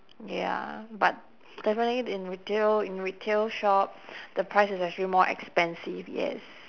ya but definitely in retail in retail shop the price is actually more expensive yes